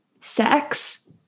sex